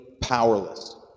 powerless